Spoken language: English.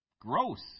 Gross